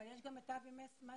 יש גם את אבי מספין,